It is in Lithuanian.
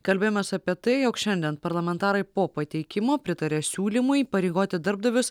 kalbėjomės apie tai jog šiandien parlamentarai po pateikimo pritarė siūlymui įpareigoti darbdavius